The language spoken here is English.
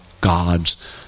God's